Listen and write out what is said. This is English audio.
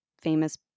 famous